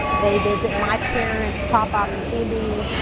they visit my parents pop-pop and bb.